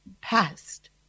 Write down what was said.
past